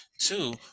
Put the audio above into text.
two